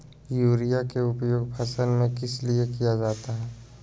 Urea के उपयोग फसल में किस लिए किया जाता है?